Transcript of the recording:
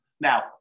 now